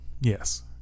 Yes